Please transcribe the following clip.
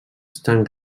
estan